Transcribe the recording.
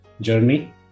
journey